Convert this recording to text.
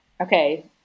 Okay